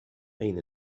أين